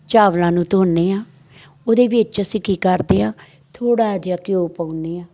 ਚਾਵਲਾਂ ਨੂੰ ਧੋਨੇ ਹਾਂ ਉਹਦੇ ਵਿੱਚ ਅਸੀਂ ਕੀ ਕਰਦੇ ਹਾਂ ਥੋੜ੍ਹਾ ਜਿਹਾ ਘਿਓ ਪਾਉਂਦੇ ਹਾਂ